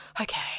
Okay